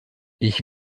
ich